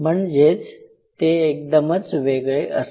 म्हणजे ते एकदमच वेगळे असते